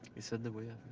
he said the way i